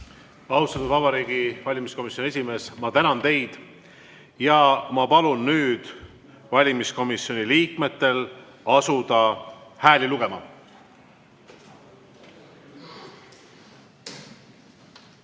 Austatud Vabariigi Valimiskomisjoni esimees, ma tänan teid! Ma palun nüüd valimiskomisjoni liikmetel asuda hääli lugema.